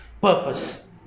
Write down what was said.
purpose